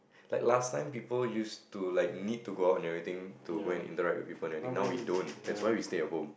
like last time people used to like need to go out or anything to go and interact with people or anything now we don't that's why we stay at home